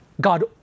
God